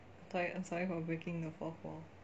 I'm tired I'm sorry for breaking the fourth wall